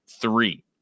three